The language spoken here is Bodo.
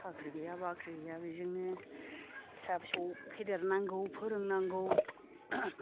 साख्रि गैया बाख्रि गैया बेजोंनो फिसा फिसौ फेदेरनांगौ फोरोंनांगौ